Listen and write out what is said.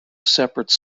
separate